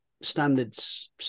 standards